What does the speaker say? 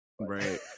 Right